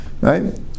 Right